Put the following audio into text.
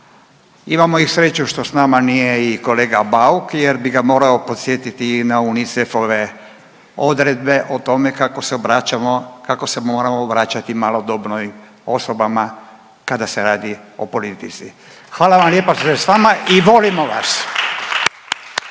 Imamo sreću što sa nama nije i kolega Bauk jer bih ga morao podsjetiti na UNICEF-ove odredbe o tome kako se obraćamo, kako se moramo obraćati malodobnoj osobama kada se radi o politici. Hvala vam lijepa što ste sa nama i volimo vas!